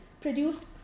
produced